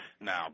Now